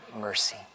mercy